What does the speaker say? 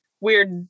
weird